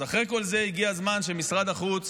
אז אחרי כל זה הגיע הזמן שמשרד החוץ